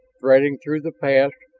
threading through the pass,